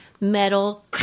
metal